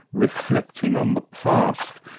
reflecting on the past,